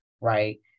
right